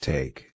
Take